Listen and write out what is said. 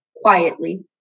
quietly